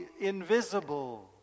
invisible